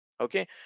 Okay